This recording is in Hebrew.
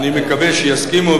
אני מקווה שיסכימו,